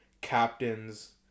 captains